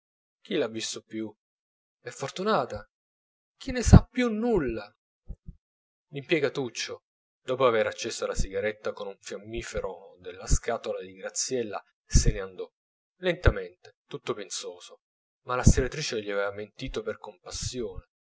chi l'ha visto più e fortunata chi ne sa più nulla l'impiegatuccio dopo aver accesa la sigaretta con un fiammifero della scatola di graziella se ne andò lentamente tutto pensoso ma la stiratrice gli aveva mentito per compassione